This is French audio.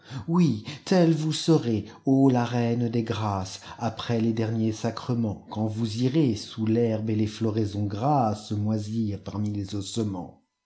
oui telle vous serez ô la reine des grâces après les derniers sacrements quand vous irez sous l'herbe et les floraisons grasse moisir parmi les ossements